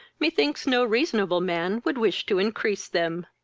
methinks no reasonable man would wish to increase them.